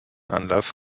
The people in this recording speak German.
anlass